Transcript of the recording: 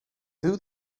who